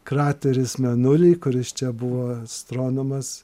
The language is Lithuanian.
krateris mėnuly kuris čia buvo astronomas